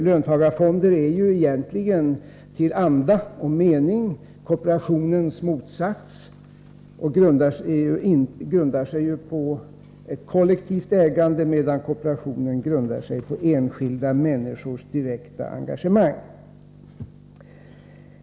Löntagarfonder är ju egentligen till anda och mening kooperationens motsats och grundar sig ju på ett kollektivt ägande, medan kooperationen grundar sig på enskilda människors direkta engagemang.